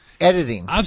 editing